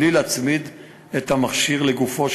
בלי להצמיד את המכשיר לגופו